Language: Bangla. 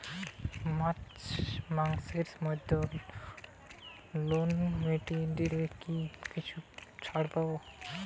মার্চ মাসের মধ্যে লোন মিটিয়ে দিলে কি কিছু ছাড় পাব?